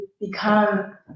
become